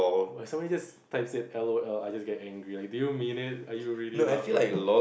but somebody just types it L_O_L I just get angry do you mean it are you really laughing